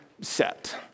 set